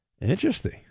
Interesting